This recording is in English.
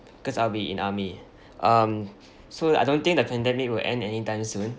because I'll be in army um so I don't think the pandemic will end anytime soon